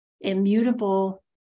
immutable